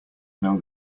know